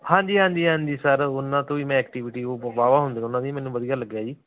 ਹਾਂਜੀ ਹਾਂਜੀ ਹਾਂਜੀ ਸਰ ਉਹਨਾਂ ਤੋਂ ਹੀ ਮੈਂ ਐਕਟੀਵਿਟੀ ਉਹ ਬਾਹਵਾ ਹੁੰਦੀਆਂ ਉਹਨਾਂ ਦੀ ਮੈਨੂੰ ਵਧੀਆ ਲੱਗਿਆ ਜੀ